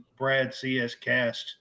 bradcscast